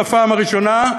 בפעם הראשונה,